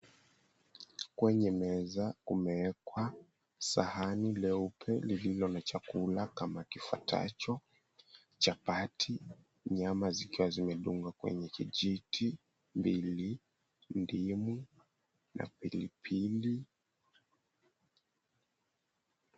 Kwenye meza kumeekwa sahani leupe lililo na chakula kama kifuatacho, chapati, nyama zikiwa zimedungwa kwenye kijiti mbili, ndimu na pilipili.